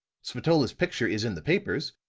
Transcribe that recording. spatola's picture is in the papers.